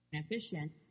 efficient